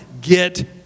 get